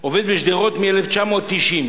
עובד בשדרות מ-1990.